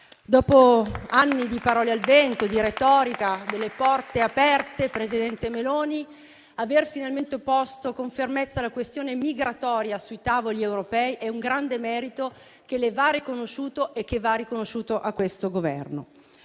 Dopo anni di parole al vento e di retorica delle porte aperte, presidente Meloni, aver finalmente posto con fermezza la questione migratoria sui tavoli europei è un grande merito che le va riconosciuto e che va riconosciuto a questo Governo.